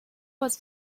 was